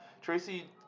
Tracy